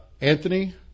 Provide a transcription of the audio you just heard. Anthony